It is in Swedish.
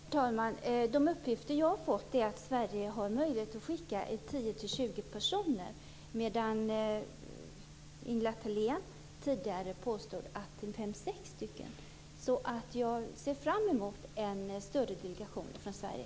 Herr talman! De uppgifter jag har fått är att Sverige har möjlighet att skicka 10-20 personer, medan Ingela Thalén tidigare påstod att det handlar om 5-6 Jag ser fram emot en större delegation från Sverige.